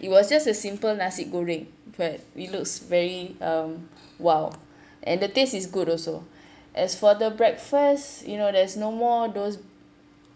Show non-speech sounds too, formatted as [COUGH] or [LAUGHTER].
it was just a simple nasi goreng but it looks very um !wow! [BREATH] and the taste is good also [BREATH] as for the breakfast you know there's no more those